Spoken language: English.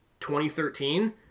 2013